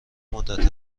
مدت